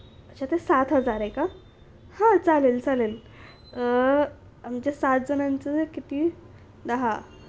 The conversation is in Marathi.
अच्छा ते सात हजार आहे का हां चालेल चालेल आमच्या सात जणांचं किती दहा